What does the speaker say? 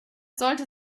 sollte